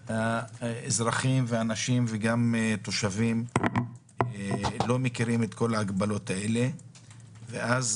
אזרחים ותושבים ולא מכירים את כל ההגבלות האלה ואז